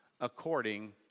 according